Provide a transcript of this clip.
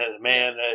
man